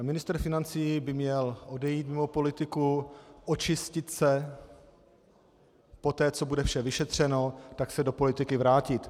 Pan ministr financí by měl odejít mimo politiku, očistit se a poté, co bude vše vyšetřeno, se do politiky vrátit.